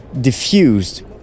diffused